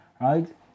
right